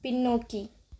பின்னோக்கி